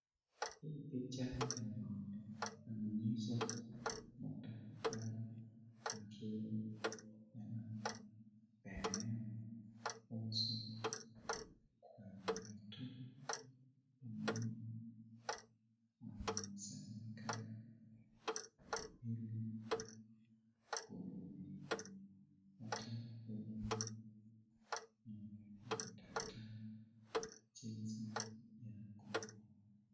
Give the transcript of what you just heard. Hii picha inaonyesha daktari akiwa anapeana funzo kwa watu wengi wanasanyika ili kulipata elimu la daktari jinsi ya ku